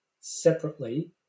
separately